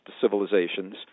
civilizations